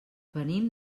venim